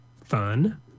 Fun